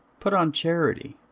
put on charity,